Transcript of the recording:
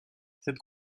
cette